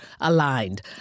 aligned